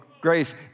grace